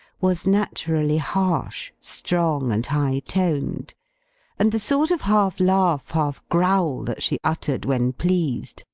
was naturally harsh, strong, and high-toned and the sort of half laugh, half growl, that she uttered when pleased,